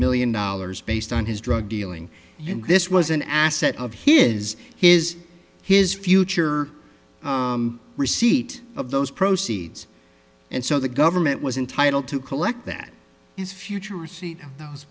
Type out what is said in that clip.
million dollars based on his drug dealing and this was an asset of here is his his future receipt of those proceeds and so the government was entitled to collect that his future receipt of those